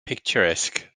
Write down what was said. picturesque